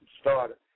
started